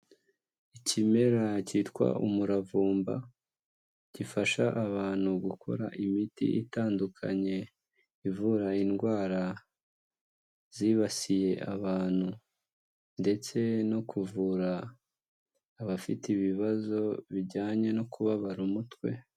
Ikimera cyitwa umuravumba gifasha abantu gukora imiti itandukanye ivura indwara zibasiye abantu, ndetse no kuvura abafite ibibazo bijyanye no kubabara umutwe.